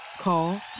Call